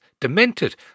demented